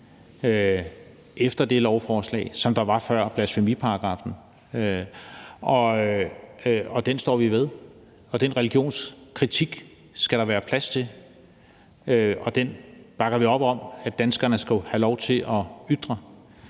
efter det lovforslag, som der var før blasfemiparagraffen. Den står vi ved, og den religionskritik skal der være plads til, og den bakker vi op om at danskerne skal have lov til at ytre.